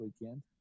weekend